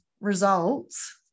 results